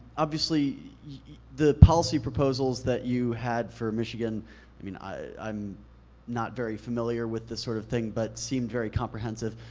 obviously the policy proposals that you had for michigan, i mean, i'm not very familiar with this sort of thing, but seemed very comprehensive.